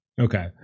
okay